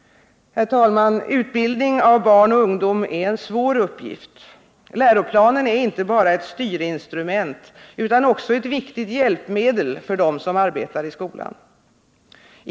Herr talman! Utbildning av barn och ungdom är en svår uppgift. Läroplanen är inte bara ett styrinstrument utan också ett viktigt hjälpmedel för dem som arbetar i skolan.